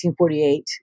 1848